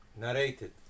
Narrated